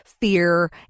fear